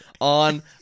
on